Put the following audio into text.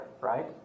right